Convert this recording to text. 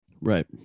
right